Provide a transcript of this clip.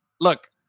Look